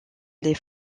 les